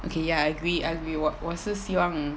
okay ya I agree I agree 我我是希望